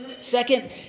Second